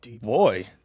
Boy